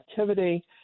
activity